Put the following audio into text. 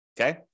Okay